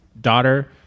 daughter